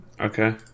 Okay